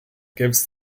gives